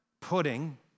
pudding